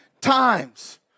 times